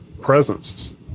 presence